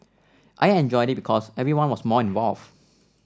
I enjoyed it because everyone was more involved